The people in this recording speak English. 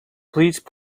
please